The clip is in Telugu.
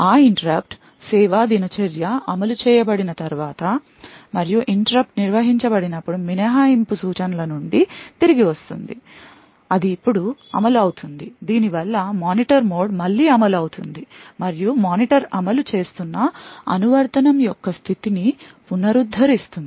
ఆ interrupt సేవా రొటీన్ అమలు చేయబడిన తరువాత మరియు interrupt నిర్వహించబడినప్పుడు మినహాయింపు సూచనల నుండి తిరిగి వస్తుంది అది ఇప్పుడు అమలు అవుతుంది దీనివల్ల మానిటర్ మోడ్మళ్లీ అమలు అవుతుంది మరియు మానిటర్ అమలు చేస్తున్న అనువర్తనం యొక్క స్థితిని పునరుద్ధరిస్తుంది